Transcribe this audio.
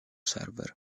server